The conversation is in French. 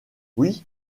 oui